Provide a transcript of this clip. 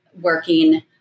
working